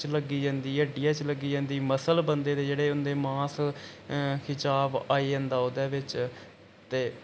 च लग्गी जन्दी ऐ हड्डियें च लग्गी जन्दी मस्सल बंदे दे जेह्ड़े होंदे मास खिचाव आई जंदा उदे बिच ते